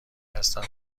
هستن